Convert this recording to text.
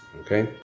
okay